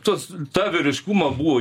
tuos tą vyriškumą buvo